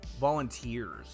Volunteers